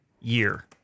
year